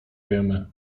wiemy